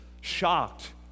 shocked